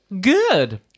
good